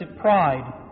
pride